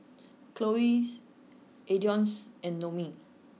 Chloie Adonis and Noemie